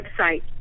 website